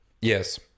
Yes